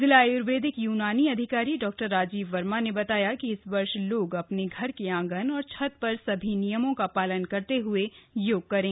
जिला आयुर्वेदिक यूनानी अधिकारी डॉ राजीव वर्मा ने बताया कि इस वर्ष लोग अपने घर के आंगन और छत पर सभी नियमों का पालन करते हए योग करें